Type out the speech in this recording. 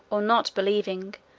or not believing,